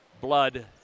blood